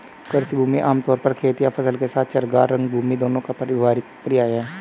कृषि भूमि आम तौर पर खेत या फसल के साथ चरागाह, रंगभूमि दोनों का पर्याय है